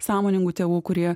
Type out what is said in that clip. sąmoningų tėvų kurie